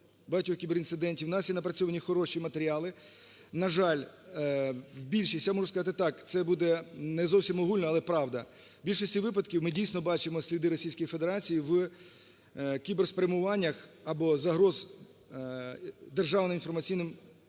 Багатьох кіберінцидентів. В нас є напрацьовані хороші матеріали. На жаль, в більшість, я можу сказати так, це буде не зовсім огульно, але правда: в більшості випадків ми, дійсно, бачимо сліди Російської Федерації в кіберспрямуваннях або загроз державним інформаційним ресурсам